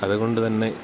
അതുകൊണ്ടുതന്നെ